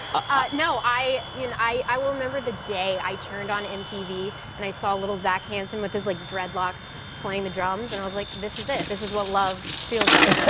ah no. i you know i will remember the day i turned on mtv, and i saw little zach hanson with his, like, dreadlocks playing the drums. and i was like, this is it. this is what love feels like.